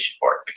board